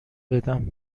بدم